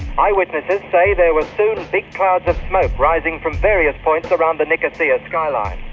eyewitnesses say there were soon big clouds of smoke rising from various points around the nicosia skyline.